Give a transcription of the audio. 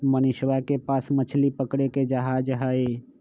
मनीषवा के पास मछली पकड़े के जहाज हई